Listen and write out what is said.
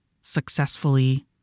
successfully